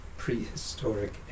prehistoric